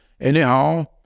anyhow